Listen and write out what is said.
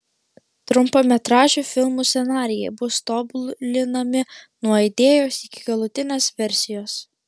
trumpametražių filmų scenarijai bus tobulinami nuo idėjos iki galutinės versijos